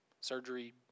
Surgery